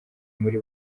muri